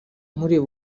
mureba